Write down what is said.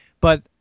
but-